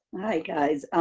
hi guys,